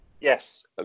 Yes